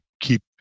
keep